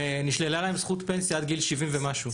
שנשללה להם זכות פנסיה עד גיל 70 ומשהו.